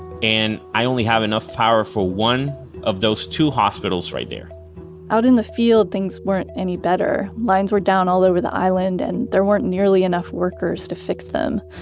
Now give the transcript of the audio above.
and i only have enough power for one of those two hospitals right there out in the field, things weren't any better. lines were down all over the island and there weren't nearly enough workers to fix them.